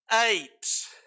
apes